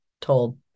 told